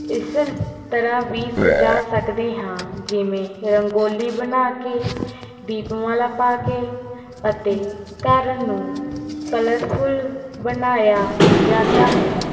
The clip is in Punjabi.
ਇਸ ਤਰ੍ਹਾਂ ਵੀ ਸਜਾ ਸਕਦੇ ਹਾਂ ਜਿਵੇਂ ਰੰਗੋਲੀ ਬਣਾਕੇ ਦੀਪਮਾਲਾ ਪਾ ਕੇ ਅਤੇ ਘਰ ਨੂੰ ਕਲਰਫੁੱਲ ਬਣਾਇਆ ਜਾਂਦਾ ਹੈ